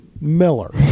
Miller